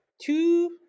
two